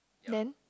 then